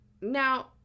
Now